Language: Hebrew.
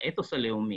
באתוס הלאומי,